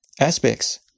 aspects